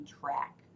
track